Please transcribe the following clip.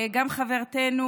גם חברתנו,